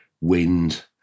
wind